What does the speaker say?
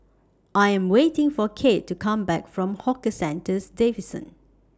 I Am waiting For Kate to Come Back from Hawker Centres Division